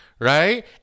Right